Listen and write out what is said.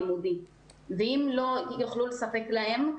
לא יוכלו לספק להם,